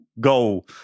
go –